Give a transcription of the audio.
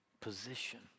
position